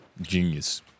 genius